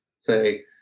say